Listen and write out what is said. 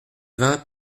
vingt